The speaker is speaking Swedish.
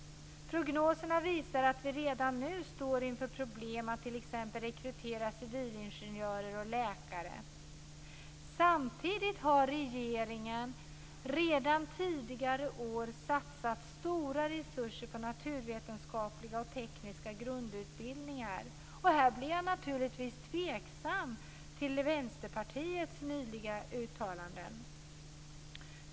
Prognoserna visar att vi redan nu står inför problem att t.ex. rekrytera civilingenjörer och läkare. Samtidigt har regeringen redan tidigare år satsat stora resurser på naturvetenskapliga och tekniska grundutbildningar. Här blir jag naturligtvis tveksam till Vänsterpartiets nyligen gjorda uttalanden.